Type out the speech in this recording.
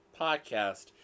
Podcast